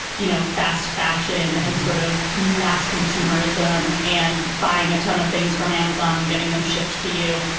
you know, fast fashion and sort of mass consumerism and buying a ton of things from amazon, getting them shipped to you.